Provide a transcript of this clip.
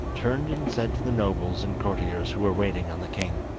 turned and said to the nobles and courtiers who were waiting on the king